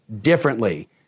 differently